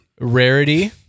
Rarity